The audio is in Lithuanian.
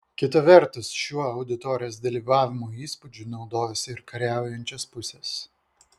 kita vertus šiuo auditorijos dalyvavimo įspūdžiu naudojasi ir kariaujančios pusės